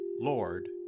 Lord